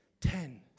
Ten